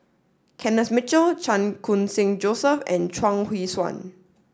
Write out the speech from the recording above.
Kenneth Mitchell Chan Khun Sing Joseph and Chuang Hui Tsuan